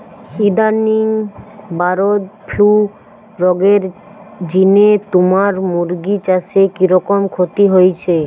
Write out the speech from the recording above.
ইদানিং bird flu রগের জিনে তুমার মুরগি চাষে কিরকম ক্ষতি হইচে?